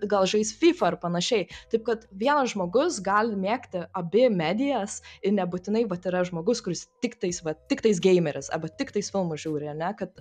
gal žais fifa ar panašiai taip kad vienas žmogus gali mėgti abi medijas ir nebūtinai vat yra žmogus kuris tik tais va tik tais geimeris arba tiktais filmus žiūri ar ne kad